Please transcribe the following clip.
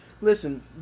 Listen